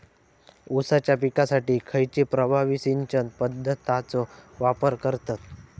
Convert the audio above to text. ऊसाच्या पिकासाठी खैयची प्रभावी सिंचन पद्धताचो वापर करतत?